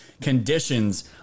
conditions